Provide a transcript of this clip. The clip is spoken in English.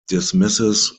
dismisses